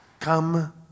Come